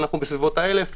אנחנו בסביבות ה-1,000.